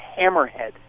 Hammerhead